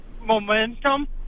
momentum